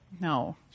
No